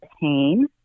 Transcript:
pain